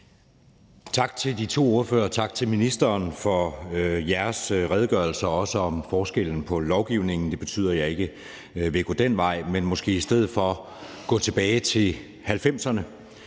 Tak til de to foregående ordførere, og tak til ministeren for deres redegørelser, også om forskellen på lovgivningen. Det betyder, at jeg ikke vil gå den vej, men måske i stedet for gå tilbage til 1990'erne.